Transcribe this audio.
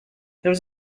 there